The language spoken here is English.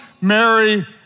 Mary